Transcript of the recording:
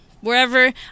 wherever